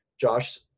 Josh